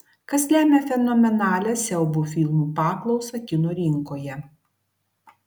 kas lemia fenomenalią siaubo filmų paklausą kino rinkoje